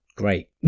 Great